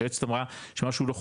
שהיועצת אמרה שמשהו לא חוקי,